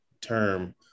term